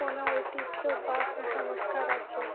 কোনও ঐতিহ্য বা কুসংস্কার আছে